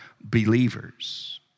believers